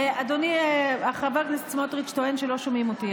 אדוני חבר הכנסת סמוטריץ' טוען שלא שומעים אותי,